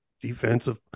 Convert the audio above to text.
defensive